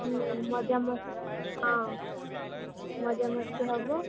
ମଜା ମସ୍ତି ହଁ ମଜା ମସ୍ତି ହେବ